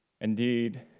Indeed